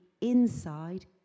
inside